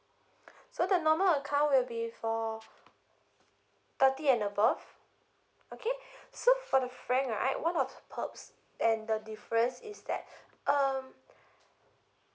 so the normal account will be for thirty and above okay so for the frank right one of the perks and the difference is that um